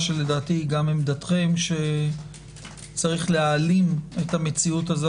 שלדעתי היא גם עמדתכם שיש להעלים את המציאות הזאת,